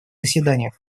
заседаниях